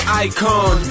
icon